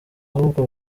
ahubwo